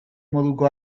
moduko